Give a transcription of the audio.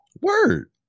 Word